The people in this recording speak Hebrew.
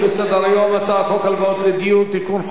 אנחנו ממשיכים בסדר-היום: הצעת חוק הלוואות לדיור (תיקון,